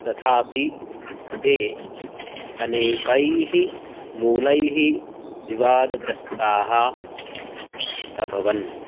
तथापि ते अनेकैः मूलैः विवादग्रस्ताः अभवन्